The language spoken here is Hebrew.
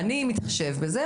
אני מתחשב בזה,